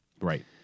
Right